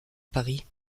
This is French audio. paris